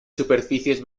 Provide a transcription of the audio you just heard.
superficies